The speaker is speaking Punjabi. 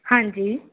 ਹਾਂਜੀ